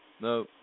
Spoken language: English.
No